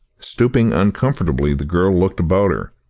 stooping uncomfortably, the girl looked about her,